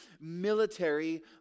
military